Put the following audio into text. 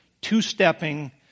two-stepping